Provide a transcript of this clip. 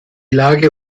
lage